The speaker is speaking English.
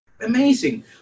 amazing